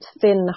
thin